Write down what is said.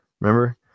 remember